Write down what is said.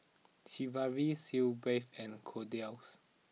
Sigvaris Sitz bath and Kordel's